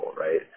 right